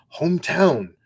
hometown